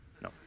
No